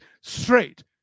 straight